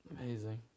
Amazing